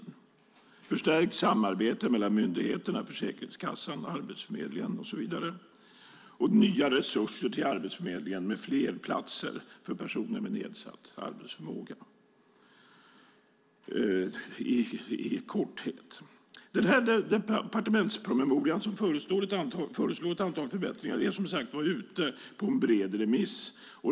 Man föreslår förstärkt samarbete mellan myndigheterna Försäkringskassan och Arbetsförmedlingen och nya resurser till Arbetsförmedlingen med fler platser för personer med nedsatt arbetsförmåga. Departementspromemorian som föreslår ett antal förbättringar är ute på remiss.